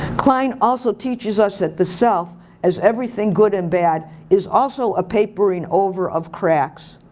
klein also teaches us that the self as everything good and bad is also a papering over of cracks.